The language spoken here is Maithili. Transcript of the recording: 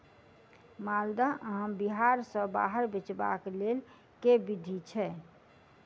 माल्दह आम बिहार सऽ बाहर बेचबाक केँ लेल केँ विधि छैय?